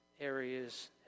areas